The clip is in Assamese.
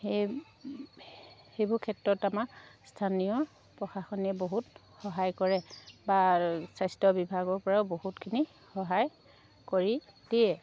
সেই সেইবোৰ ক্ষেত্ৰত আমাৰ স্থানীয় প্ৰশাসনে বহুত সহায় কৰে বা স্বাস্থ্য বিভাগৰ পৰাও বহুতখিনি সহায় কৰি দিয়ে